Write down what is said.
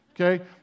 Okay